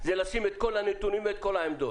זה לשים את כל הנתונים ואת כל העמדות.